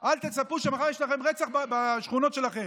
אל תצפו, מחר יש לכם רצח בשכונות שלכם.